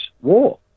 war